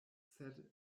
sed